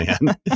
man